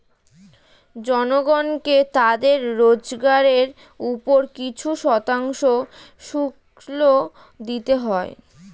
জনগণকে তাদের রোজগারের উপর কিছু শতাংশ শুল্ক দিতে হয়